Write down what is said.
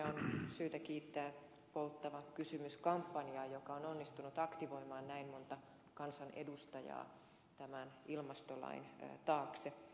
on syytä kiittää polttava kysymys kampanjaa joka on onnistunut aktivoimaan näin monta kansanedustajaa tämän ilmastolain taakse